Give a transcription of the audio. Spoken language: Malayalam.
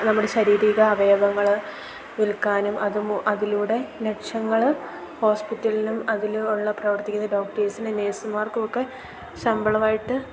നമ്മുടെ ശാരീരിക അവയവങ്ങൾ വിൽക്കാനും അത് മൂ അതിലൂടെ ലക്ഷങ്ങൾ ഹോസ്പിറ്റലിനും അതിൽ ഉള്ള പ്രവർത്തിക്കുന്ന ഡോക്ടേഴ്സിന് നേഴ്സന്മാർക്കുമൊക്കെ ശമ്പളവായിട്ട്